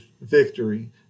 victory